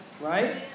right